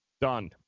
Done